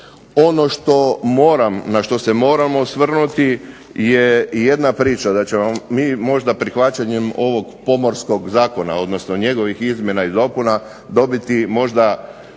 Ono na što se moramo osvrnuti je jedna priča da ćemo mi možda prihvaćenjem ovog Pomorskog zakona odnosno njegovih izmjena i dopuna dobiti možda